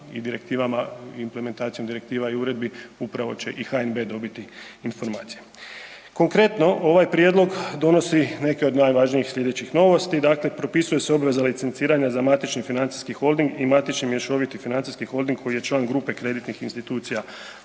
i direktivama implementacijom direktiva i uredbi upravo će i HNB dobiti informacije. Konkretno, ovaj prijedlog donosi neke od najvažnijih sljedećih novosti, dakle, propisuju se obveza licenciranja za matični financijski holding i matični mješoviti financijski holding koji je član grupe kreditnih institucija